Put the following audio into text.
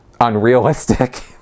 unrealistic